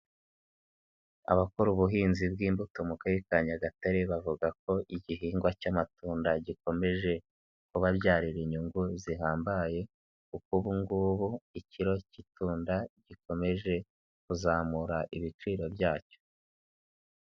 Abakora ubuhinzi bw'imbuto mu karere Nyagatare bavuga ko igihingwa cy'amatunda gikomeje kubabyarira inyungu zihambaye kuko ubu ngubu ikiro k'itunda gikomeje kuzamura ibiciro byacyo.